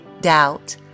doubt